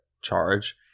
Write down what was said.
charge